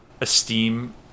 esteem